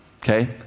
okay